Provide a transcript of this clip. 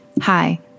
Hi